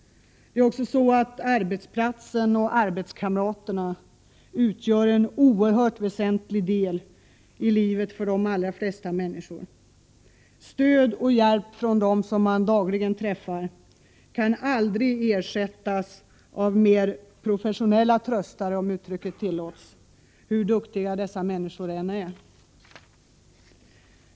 Det är också så att arbetsplatsen och arbetskamraterna utgör en oerhört väsentlig del i livet för de allra flesta människor. Stöd och hjälp från dem som man dagligen träffar kan aldrig ersättas av mer professionella tröstare, om uttrycket tillåts, hur duktiga dessa människor än är.